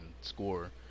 Score